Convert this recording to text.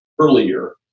earlier